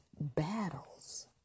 battles